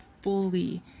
fully